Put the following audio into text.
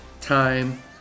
time